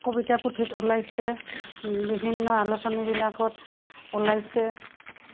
কবিতা পুঠিত ওলাইছে বিভিন্ন আলোচনীবিলাকত ওলাইছে